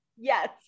Yes